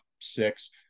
six